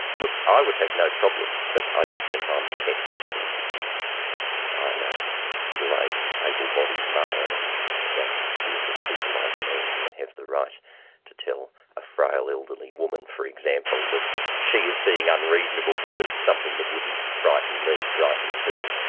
look, i would have no problem, but i don't think ah i'm the test, you see, because i'm a middle aged able-bodied male, and i don't feel that people like me ah have the right to tell a frail elderly woman, for example, that she is being unreasonable because something that wouldn't frighten me frightens her.